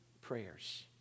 prayers